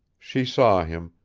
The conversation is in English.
she saw him,